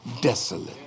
desolate